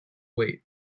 weight